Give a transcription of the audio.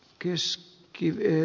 kesk kiveen